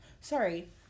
Sorry